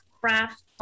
craft